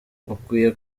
ukwiye